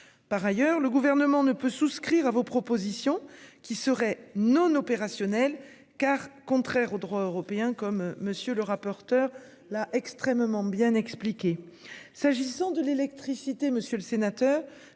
Par ailleurs, le gouvernement ne peut souscrire à vos propositions qui seraient non opérationnels car contraire au droit européen, comme monsieur le rapporteur. La extrêmement bien expliqué. S'agissant de l'électricité. Monsieur le sénateur,